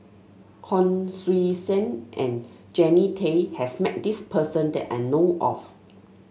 Hon Sui Sen and Jannie Tay has met this person that I know of